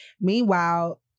Meanwhile